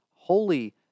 holy